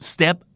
Step